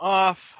off